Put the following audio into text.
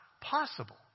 possible